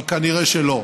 אבל כנראה שלא,